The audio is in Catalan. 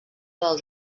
del